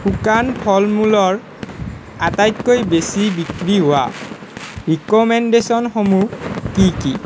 শুকান ফল মূলৰ আটাইতকৈ বেছি বিক্ৰী হোৱা ৰিক'মেণ্ডেশ্যনসমূহ কি কি